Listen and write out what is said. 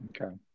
okay